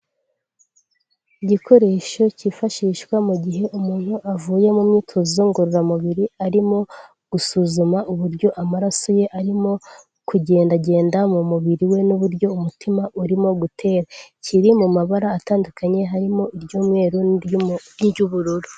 Igikoresho cyifashishwa mu gihe umuntu avuye mu myitozo ngororamubiri arimo gusuzuma uburyo amaraso ye arimo kugendagenda mu mubiri we n'uburyo umutima urimo gutera, kiri mu mabara atandukanye harimo iry'umweru niry'ubururu.